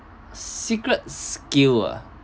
secret skill ah